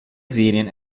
serien